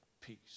peace